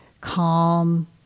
calm